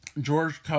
George